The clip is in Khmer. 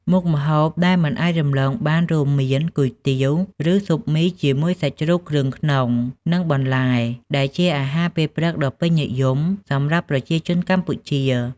មុខម្ហូបដែលមិនអាចរំលងបានរួមមាន គុយទាវ ឬស៊ុបមីជាមួយសាច់ជ្រូកគ្រឿងក្នុង និងបន្លែ ដែលជាអាហារពេលព្រឹកដ៏ពេញនិយមសម្រាប់ប្រជាជនកម្ពុជា។